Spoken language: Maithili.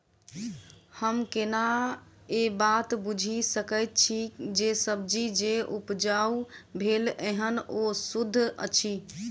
हम केना ए बात बुझी सकैत छी जे सब्जी जे उपजाउ भेल एहन ओ सुद्ध अछि?